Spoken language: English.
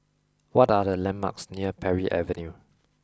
what are the landmarks near Parry Avenue